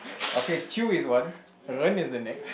okay Chew is one Ren is the next